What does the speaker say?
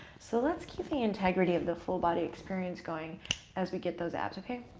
so let's keep the integrity of the full body experience going as we get those abs, okay? i